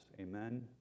amen